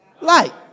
light